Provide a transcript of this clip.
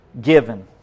given